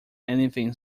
anything